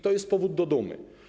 To jest powód do dumy.